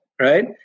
right